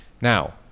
Now